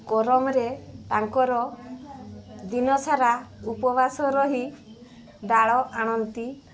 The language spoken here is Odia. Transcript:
କରମ୍ରେ ତାଙ୍କର ଦିନସାରା ଉପବାସ ରହି ଡାଳ ଆଣନ୍ତି